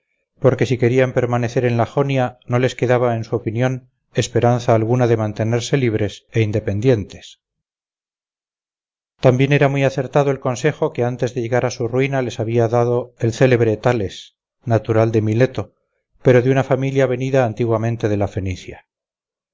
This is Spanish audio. porque si querían permanecer en la jonia no les quedaba en su opinión esperanza alguna de mantenerse libres e independientes también era muy acertado el consejo que antes de llegar a su ruina les había dado el célebre thales natural de mileto pero de una familia venida antiguamente de fenicia